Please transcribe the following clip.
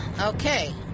okay